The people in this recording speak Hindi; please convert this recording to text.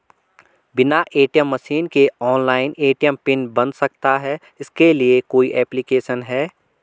बिना ए.टी.एम मशीन के ऑनलाइन ए.टी.एम पिन बन सकता है इसके लिए कोई ऐप्लिकेशन है?